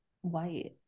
white